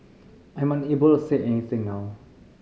I am unable to say anything now